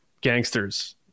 gangsters